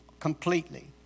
Completely